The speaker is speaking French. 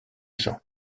jean